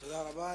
תודה רבה.